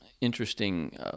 interesting